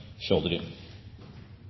sjå